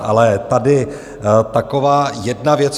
Ale tady taková jedna věc.